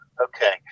Okay